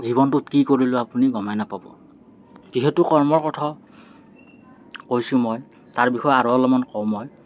জীৱনটোত কি কৰিলোঁ আপুনি গমেই নাপাব যিহেতু কৰ্মৰ কথা কৈছোঁ মই তাৰ বিষয়ে আৰু অলপমান কওঁ মই